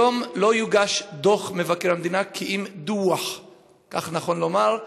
היום לא יוגש דוֹח מבקר המדינה כי אם דּוּחַ; כך נכון לומר.